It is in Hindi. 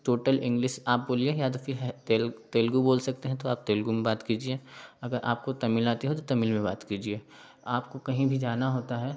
टोटल इंग्लिस आप बोलिए या तो फिर है तेलुगु बोल सकते हैं तो आप तेलुगु में बात कीजिए अगर आपको तमिल आती है तो तमिल में बात कीजिए आपको कहीं जाना होता है